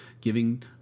giving